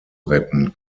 retten